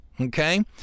okay